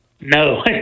No